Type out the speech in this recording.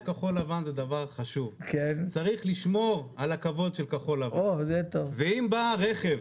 דבר חשוב צריך לשמור על הכבוד של כחול לבן ואם בא רכב,